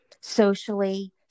socially